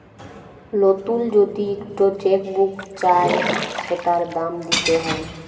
লতুল যদি ইকট চ্যাক বুক চায় সেটার দাম দ্যিতে হ্যয়